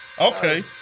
Okay